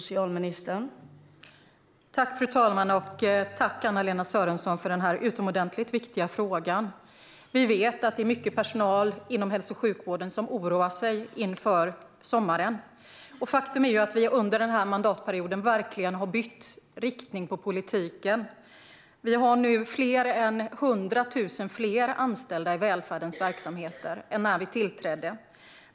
Fru talman! Tack, Anna-Lena Sörenson, för den utomordentligt viktiga frågan! Vi vet att många av personalen inom hälso och sjukvården oroar sig inför sommaren. Faktum är att vi under den här mandatperioden verkligen har bytt riktning på politiken. Vi har nu fler än 100 000 fler anställda i välfärdens verksamheter än när vi tillträdde.